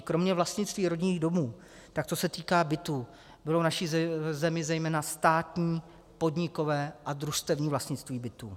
Kromě vlastnictví rodinných domů, tak co se týká bytů, bylo v naší zemi zejména státní, podnikové a družstevní vlastnictví bytů.